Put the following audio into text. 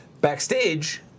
Backstage